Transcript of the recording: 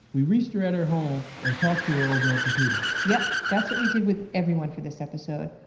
we reached her at her home and talked to her over a computer yup. that's what we did with everyone for this episode.